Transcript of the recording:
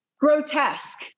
Grotesque